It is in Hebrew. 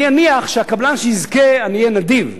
אני אניח שהקבלן שיזכה, אני אהיה נדיב,